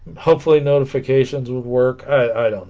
hopefully notifications would work i